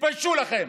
תתביישו לכם.